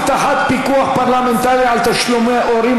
הבטחת פיקוח פרלמנטרי על תשלומי הורים),